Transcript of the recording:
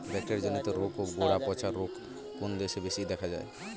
Bacteria জনিত রোগ ও গোড়া পচা রোগ কোন দেশে বেশি দেখা যায়?